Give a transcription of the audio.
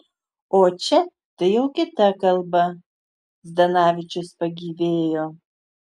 o čia tai jau kita kalba zdanavičius pagyvėjo